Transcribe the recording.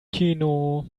kino